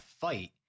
fight